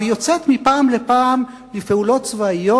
ויוצאת מפעם לפעם לפעולות צבאיות,